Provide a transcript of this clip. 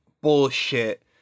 bullshit